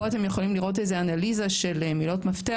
פה אתם יכולים לראות אנליזה של מילות מפתח